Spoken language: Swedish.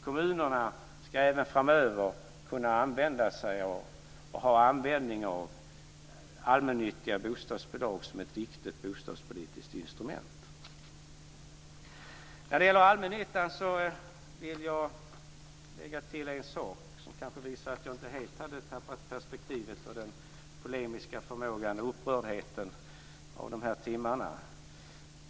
Kommunerna ska även framöver kunna använda sig och ha användning av allmännyttiga bostadsbolag som ett viktigt bostadspolitiskt instrument. Jag vill lägga till en sak som gäller allmännyttan och som kanske visar att jag inte helt hade tappat perspektivet, den polemiska förmågan och upprördheten under de här timmarna.